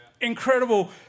Incredible